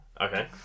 Okay